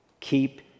Keep